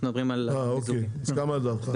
אה אוקי, אז כמה לדעתך?